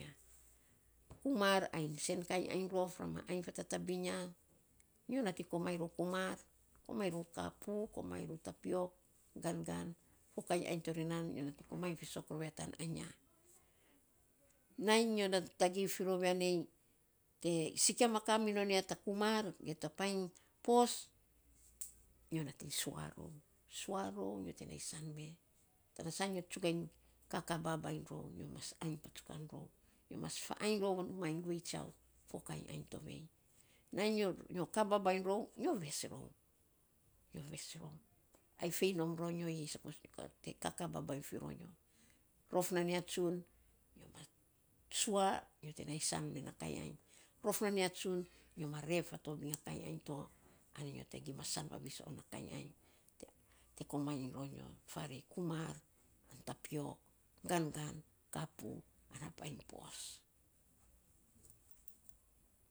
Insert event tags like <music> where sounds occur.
Kumar ai bus sen kainy ainy rof ra ma ainy fa tatabiny ya, nyo nating komainy rou kumar. Komainy rou kapu, komainy rou tapiok, gongon, to kainy ainy to ri nan, nyo nating komainy fisok rou ya tan ainy ya <noise> nainy nyo nating tagei fi rou ya nei, e sikia ma ka minon ya tu kumar ge ta painy pas, nyo nating sua rou, sua rou, sua rou nyo t nainy saan mee. Tana sa nyo tsugainy kaka babainy rou nyo mas kainy patukan rou. Nyo mas faainy rou fo fuainy guei tsiau fo kainy ainy tovei nainy nyo ka babainy rou, nyo ves rou, nyo ves rou. Ai fei nom ro nyo a, te kaka babiany fi ro nyo? Rof nan nyia tasin nyo ma sua yo te nainy saan me na kainy ainy. Rof nan ya tsun yo ma reu fatobiny a kainy ainy to na nyo te gima san vivis n a kainy ainy te komainy ro nyo, farei kumar, a tapiok angan kapu ana priny pos